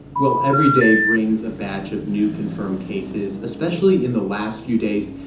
well, every day brings a batch of new confirmed cases, especially in the last few days.